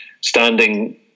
standing